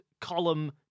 column